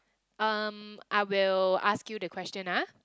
um I will ask you the question ah